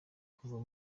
kuva